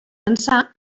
ençà